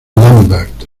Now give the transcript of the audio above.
lambert